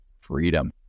freedom